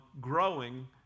growing